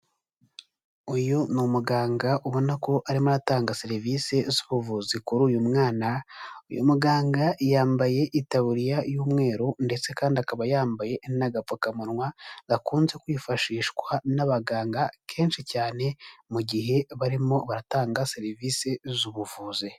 Uyu ni umuganga ubona ko arimo atanga serivise z'ubuvuzi kuri uyu mwana. Uyu muganga yambaye itaburiya y'umweru ndetse kandi akaba yambaye n'agapfukamunwa gakunze kwifashishwa n'abaganga kenshi cyane mu gihe barimo baratanga serivise z'ubuvuzi.